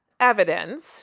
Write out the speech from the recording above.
Evidence